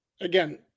again